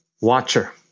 watcher